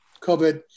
COVID